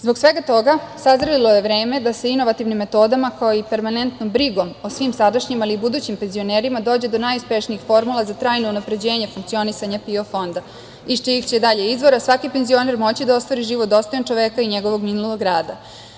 Zbog svega toga, sazrelo je vreme da se inovativnim metodima, kao i permanentnom brigom o svim sadašnjim, ali i budućim penzionerima, dođe do najuspešnijih formula za trajno unapređenje funkcionisanja PIO fonda, iz čijih će dalje izvora svaki penzioner moći da ostvari život dostojan čoveka i njegovog minulog rada.